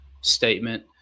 statement